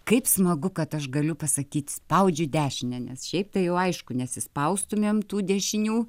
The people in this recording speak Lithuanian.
kaip smagu kad aš galiu pasakyti spaudžiu dešinę nes šiaip tai jau aišku nesispaustumėm tų dešinių